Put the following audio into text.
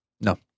No